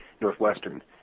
Northwestern